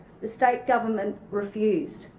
the state government refused.